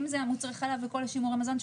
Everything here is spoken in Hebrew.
אם אלה מוצרי החלב וכל שימורי המזון,